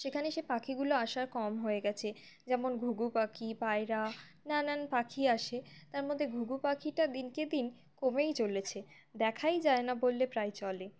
সেখানে সে পাখিগুলো আসার কম হয়ে গেছে যেমন ঘুঘু পাখি পায়রা নানান পাখি আসে তার মধ্যে ঘুঘু পাখিটা দিনকে দিন কমেই চলেছে দেখাই যায় না বললে প্রায় চলে